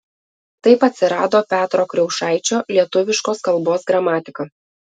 taip atsirado petro kriaušaičio lietuviškos kalbos gramatika